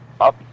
up